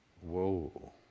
Whoa